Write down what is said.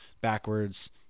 backwards